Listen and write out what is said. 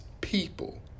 people